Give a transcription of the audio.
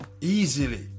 Easily